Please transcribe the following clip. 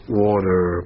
water